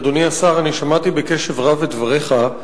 אדוני השר, שמעתי בקשב רב את דבריך,